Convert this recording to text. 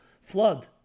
flood